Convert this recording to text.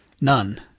None